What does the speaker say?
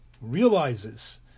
realizes